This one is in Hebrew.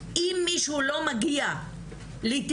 אם מישהו לא מגיע לטיפול,